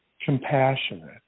compassionate